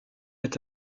est